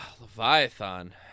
Leviathan